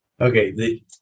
Okay